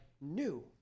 new